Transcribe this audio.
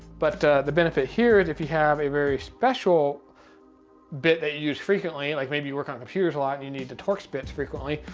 but ah the benefit here is if you have a very special bit that you use frequently, like maybe you work on computers a lot and you need the torx bits frequently,